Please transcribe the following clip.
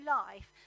life